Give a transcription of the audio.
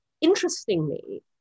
interestingly